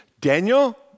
Daniel